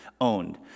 owned